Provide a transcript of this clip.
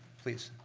please.